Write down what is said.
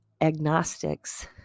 agnostics